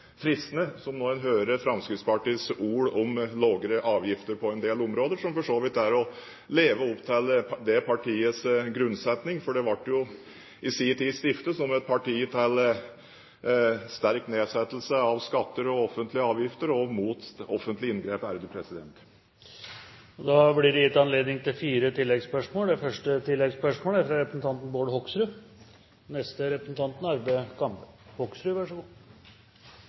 som når en hører Fremskrittspartiets ord om lavere avgifter på en del områder – som for så vidt er å leve opp til det partiets grunnsetning. Det ble jo i sin tid stiftet som et parti til sterk nedsettelse av skatter og offentlige avgifter og mot offentlige inngrep. Det blir gitt anledning til fire oppfølgingsspørsmål – først fra representanten Bård Hoksrud.